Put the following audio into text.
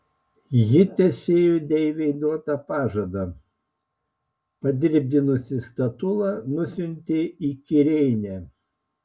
ji tesėjo deivei duotą pažadą padirbdinusi statulą nusiuntė į kirėnę